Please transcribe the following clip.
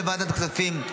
כל ועדת הכספים,